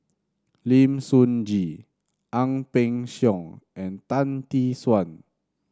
Lim Sun Gee Ang Peng Siong and Tan Tee Suan